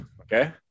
Okay